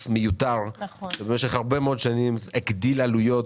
מיותר שבמשך הרבה מאוד שנים הגדיל עלויות